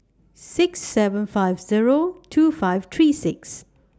six seven five Zero two five three six